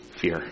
fear